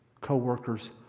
co-workers